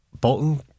Bolton